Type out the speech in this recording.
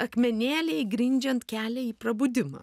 akmenėliai grindžiant kelią į prabudimą